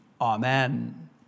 Amen